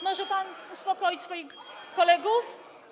Może pan uspokoić swoich kolegów?